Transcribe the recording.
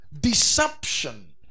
deception